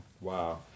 Wow